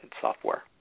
software